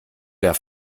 der